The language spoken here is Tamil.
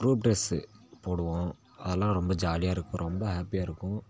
க்ரூப் ட்ரெஸ்ஸு போடுவோம் அதெல்லாம் ரொம்ப ஜாலியாக இருக்கும் ரொம்ப ஹேப்பியாக இருக்கும்